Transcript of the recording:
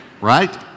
right